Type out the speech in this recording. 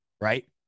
Right